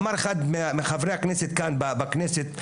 אמר אחד מחברי הכנסת כאן בכנסת,